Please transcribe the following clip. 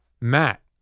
Matt